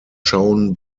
shown